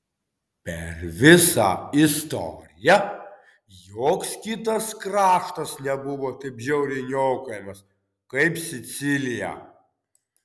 per visą istoriją joks kitas kraštas nebuvo taip žiauriai niokojamas kaip sicilija